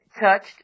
touched